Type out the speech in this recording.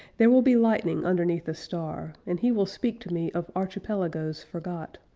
there will be lightning underneath a star and he will speak to me of archipelagoes forgot,